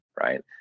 right